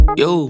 yo